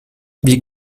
wir